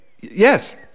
yes